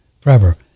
forever